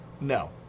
No